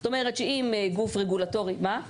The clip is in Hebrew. זאת אומרת שאם גוף רגולטורי --- זה